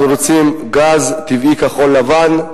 אנחנו רוצים גז טבעי כחול-לבן,